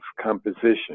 composition